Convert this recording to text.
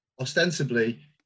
ostensibly